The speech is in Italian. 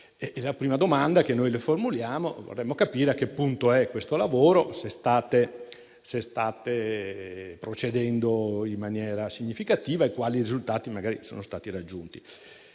La prima domanda che le formuliamo è volta a capire a che punto è questo lavoro, se state procedendo in maniera significativa e quali risultati sono stati